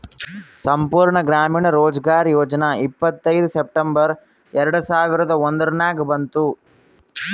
ಸಂಪೂರ್ಣ ಗ್ರಾಮೀಣ ರೋಜ್ಗಾರ್ ಯೋಜನಾ ಇಪ್ಪತ್ಐಯ್ದ ಸೆಪ್ಟೆಂಬರ್ ಎರೆಡ ಸಾವಿರದ ಒಂದುರ್ನಾಗ ಬಂತು